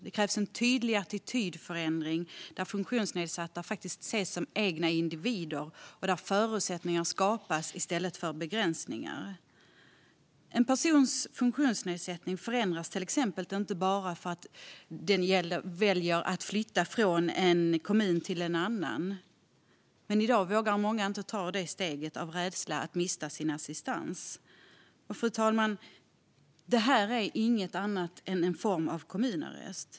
Det krävs en tydlig attitydförändring där funktionsnedsatta ses som egna individer och där förutsättningar i stället för begränsningar skapas. En människas funktionsnedsättning förändras inte för att hon väljer att flytta från en kommun till en annan. I dag vågar många inte ta det steget av rädsla för att mista sin assistans. Det är inget annat än en form av kommunarrest.